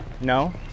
No